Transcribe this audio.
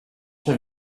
have